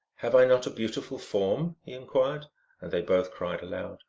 have i not a beautiful form? he inquired and they both cried aloud,